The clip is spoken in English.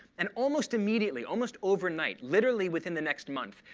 and almost immediately almost overnight literally within the next month,